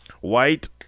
white